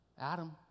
Adam